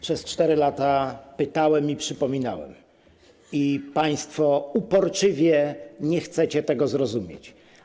Przez 4 lata pytałem o to i przypominałem o tym i państwo uporczywie nie chcecie tego zrozumieć.